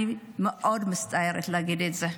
אני מאוד מצטערת להגיד את זה.